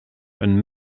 een